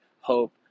hope